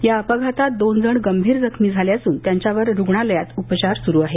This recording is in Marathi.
या अपघातात दोन जण गंभीर जखमी झाले असून त्यांच्यावर रुग्णालयात उपचार सुरु आहेत